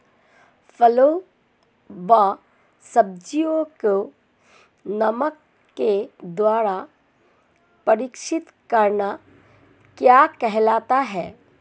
फलों व सब्जियों को नमक के द्वारा परीक्षित करना क्या कहलाता है?